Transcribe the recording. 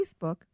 Facebook